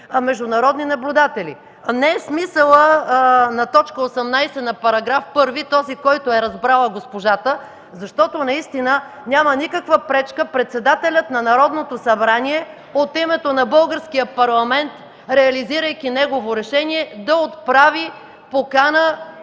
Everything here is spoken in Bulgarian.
международни наблюдатели. Не е смисълът на т. 18, § 1 – този, който е разбрала госпожата, защото наистина няма никаква пречка председателят на Народното събрание от името на Българския парламент, реализирайки негово решение, да отправи покана